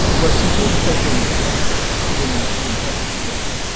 but she didn't take any stuff. she didn't she didn't cut any corners